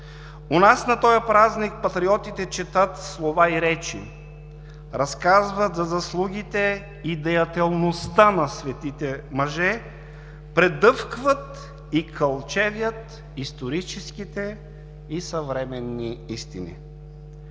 У нас на тоя празник патриотите четат слова и речи, разказват за заслугите и деятелността на светите мъже, предъвкват и кълчевят историческите и съвременните истини.“